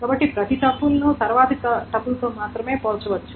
కాబట్టి ప్రతి టపుల్ను తరువాతి టపుల్తో మాత్రమే పోల్చవచ్చు